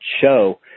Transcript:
show